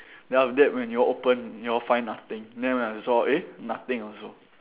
then after that when you all open you all find nothing then when I saw eh nothing also